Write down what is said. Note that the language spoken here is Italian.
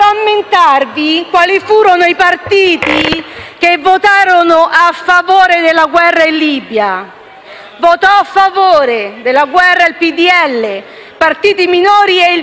quali furono i partiti che votarono a favore della guerra in Libia. Votarono a favore il PdL, partiti minori e il PD;